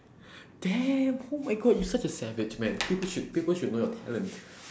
damn oh my god you such a savage man people should people should know your talents